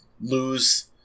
lose